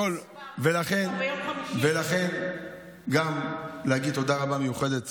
ולכן, גם להגיד תודה רבה מיוחדת